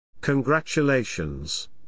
Congratulations